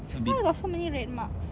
why you got so many red marks